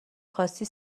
خواستی